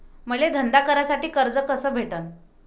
मले धंदा करासाठी कर्ज कस भेटन?